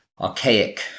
archaic